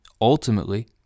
Ultimately